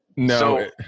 No